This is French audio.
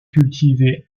cultivé